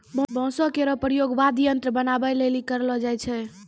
बांसो केरो प्रयोग वाद्य यंत्र बनाबए लेलि करलो जाय छै